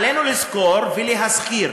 עלינו לזכור ולהזכיר